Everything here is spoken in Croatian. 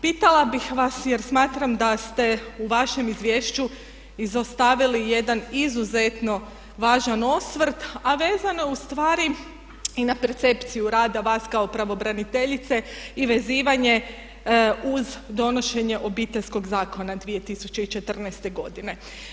Pitala bih vas jer smatram da ste u vašem izvješću izostavili jedna izuzeto važan osvrt a vezano ustvari i na percepciju rada vas kao pravobraniteljice i vezivanje uz donošenje Obiteljskog zakona 2014.godine.